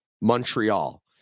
Montreal